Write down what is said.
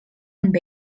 amb